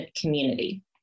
community